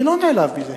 אני לא נעלב מזה.